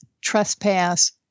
trespass